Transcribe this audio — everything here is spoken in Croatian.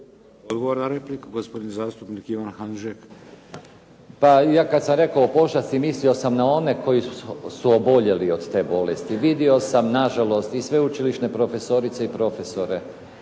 Odgovor na repliku, gospodin zastupnik Ivan Hanžek. **Hanžek, Ivan (SDP)** Pa ja kad sam rekao o pošasti, mislio sam na one koji su oboljeli od te bolesti. Vidio sam nažalost i sveučilišne profesorice i profesore